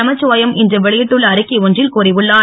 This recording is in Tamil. நமச்சிவாயம் இன்று வெளியிட்டுள்ள அறிக்கை ஒன்றில் கூறியுள்ளார்